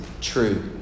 true